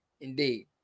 Indeed